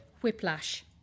Whiplash